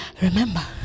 Remember